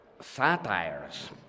satires